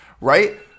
right